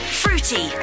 fruity